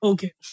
Okay